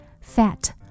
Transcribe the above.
Fat